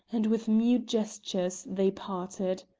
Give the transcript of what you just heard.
and with mute gestures they parted.